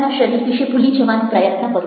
તમારા શરીર વિશે ભૂલી જવાનો પ્રયત્ન કરો